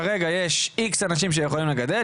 כרגע יש איקס אנשים שיכולים לגדל,